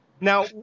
Now